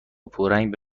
پورنگ